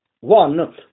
One